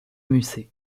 musset